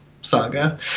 saga